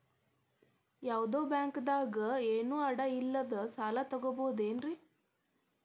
ಯಾವ್ದೋ ಬ್ಯಾಂಕ್ ದಾಗ ಏನು ಅಡ ಇಲ್ಲದಂಗ ಸಾಲ ತಗೋಬಹುದೇನ್ರಿ?